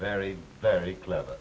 very very clever